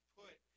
put